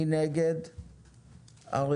הצבעה הבקשה לא אושרה.